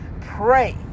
Pray